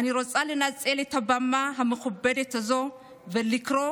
אני רוצה לנצל את הבמה המכובדת הזו ולקרוא